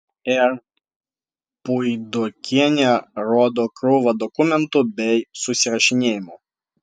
r puidokienė rodo krūvą dokumentų bei susirašinėjimų